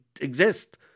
exist